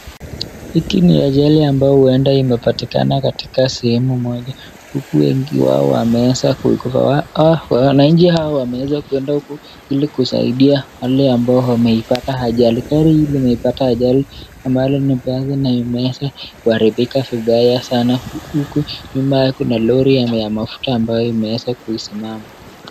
Hiki ni ajali ambayo huenda imepatikana katika sehemu moja huku wengi wao wameeza kuokolewa, wananchi hawa wameeza kuenda huku ili kusaida wale ambao wameipata ajali, gari hii imepata ajali ambalo ni mbaya na imeeza kuharibika vibaya sana huku nyuma kuna lori ya mafuta ambayo imeweza kusimama.